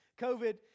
COVID